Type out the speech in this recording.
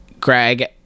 Greg